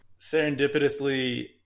serendipitously